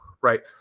right